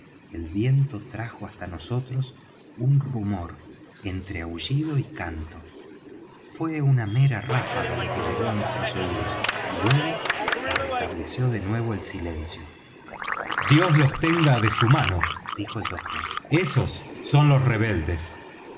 el viento trajo hasta nosotros un rumor entre ahullido y canto fué una mera ráfaga lo que llegó á nuestros oídos y luego se restableció de nuevo el silencio dios los tenga de su mano dijo el doctor esos son los rebeldes